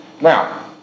Now